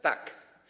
Tak.